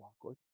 awkward